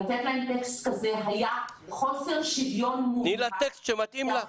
לתת להן טקסט כזה היה חוסר שוויון מובהק --- תני לה טקסט שמתאים לה.